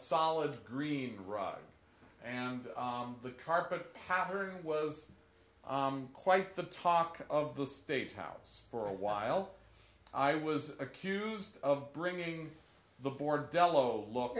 solid green rod and the carpet pattern was quite the talk of the state house for a while i was accused of bringing the board dello look